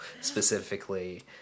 specifically